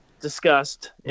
discussed